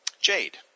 Jade